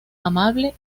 amable